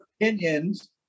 opinions